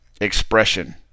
expression